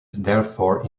therefore